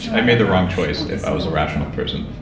i made the wrong choice if i was a rational person,